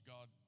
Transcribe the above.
God